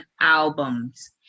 albums